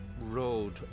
road